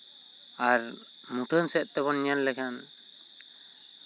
ᱟᱨ ᱢᱩᱴᱷᱟᱹᱱ ᱥᱮᱫ ᱛᱮᱵᱚᱱ ᱧᱮᱞ ᱞᱮᱠᱷᱟᱱ